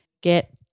get